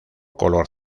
color